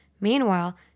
Meanwhile